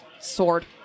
sword